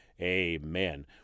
amen